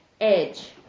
edge